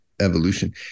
evolution